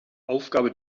aufgabe